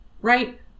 right